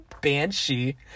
Banshee